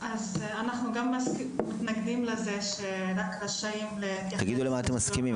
אז אנחנו גם מתנגדים לזה שרק רשאים ל --- תגידי למה אתם מסכימים,